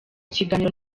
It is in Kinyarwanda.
kiganiro